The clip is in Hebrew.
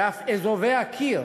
ואף אזובי הקיר